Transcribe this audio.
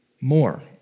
more